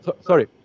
Sorry